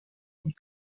und